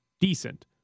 decent